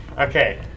Okay